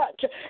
touch